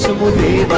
will be